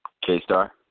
K-Star